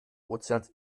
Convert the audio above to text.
ozeans